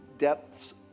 depths